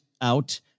out